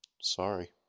sorry